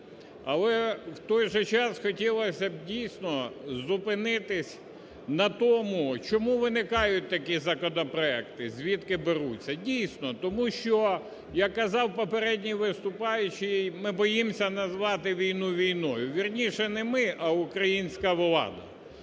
Але в той же час хотілось би, дійсно, зупинитись на тому, чому виникають такі законопроекти, звідки беруться. Дійсно, тому що, як казав попередній виступаючий, ми боїмося назвати війну війною, вірніше не ми, а українська влада.